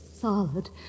solid